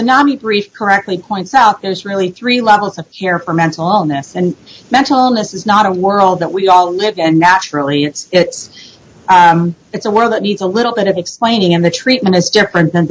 the nominee brief correctly points out there's really three levels of care for mental illness and mental illness is not a world that we all live and naturally it's it's it's a world that needs a little bit of explaining in the treatment is different than